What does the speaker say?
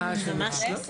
מעסיק.